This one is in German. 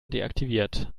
deaktiviert